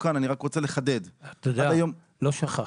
לא שכחתי.